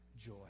joy